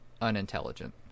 unintelligent